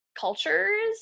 cultures